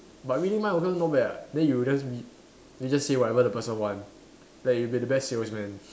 but reading mind also not bad [what] then you just read then you just say whatever the person want like you'll be the best salesman